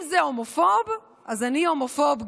אם זה הומופוב, אז אני הומופוב גאה.